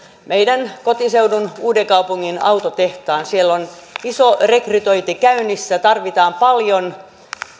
meidän kotiseudun uudenkaupungin autotehtaan siellä on iso rekrytointi käynnissä tarvitaan paljon